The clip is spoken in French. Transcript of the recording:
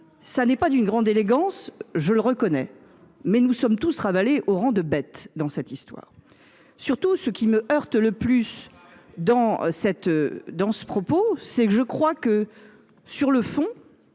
Ce n’est pas d’une grande élégance, je le reconnais, mais nous sommes tous ravalés au rang de bêtes dans cette histoire. Ce qui me heurte le plus dans ce propos, c’est que la métaphore employée